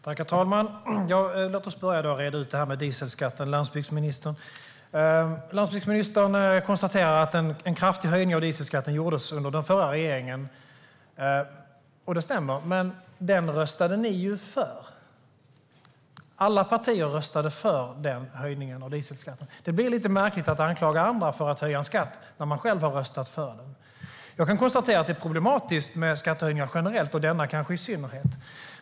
Herr talman! Låt oss börja med att reda ut det här med dieselskatten. Landsbygdsministern konstaterar att en kraftig höjning av dieselskatten gjordes under den förra regeringen. Det stämmer, men den röstade ni ju för. Alla partier röstade för den höjningen av dieselskatten. Det blir lite märkligt att anklaga andra för att höja en skatt när man själv har röstat för höjningen. Jag kan konstatera att det är problematiskt med skattehöjningar generellt och kanske med denna i synnerhet.